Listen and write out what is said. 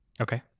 Okay